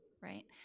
right